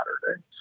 Saturday